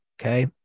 Okay